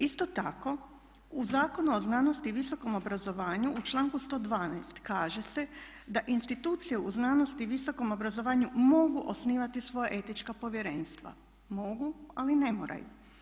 Isto tako u Zakonu o znanosti i visokom obrazovanju u članku 112. kaže se da institucije u znanosti i visokom obrazovanju mogu osnivati svoja etička povjerenstva, mogu ali ne moraju.